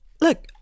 look